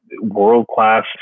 world-class